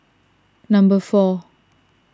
number four